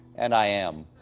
and i am,